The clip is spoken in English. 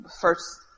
first